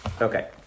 Okay